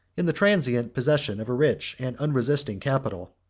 in the transient possession of a rich and unresisting capital,